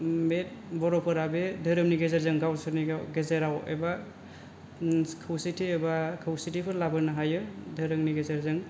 बे बर'फोरा बे धोरोमनि गेजेरजों गावसोरनि गेजेराव एबा खौसेथि एबा खौसेथिखौ लाबोनो हायो धोरोमनि गेजेरजों